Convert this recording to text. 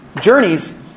journeys